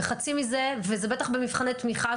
וזה בטח במבחני תמיכה.